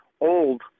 old